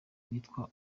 witwa